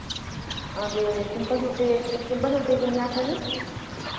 आं ते सिम्पल सूटै सिम्पल सूटै दी किन्नी आखेआ तुसें